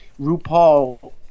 RuPaul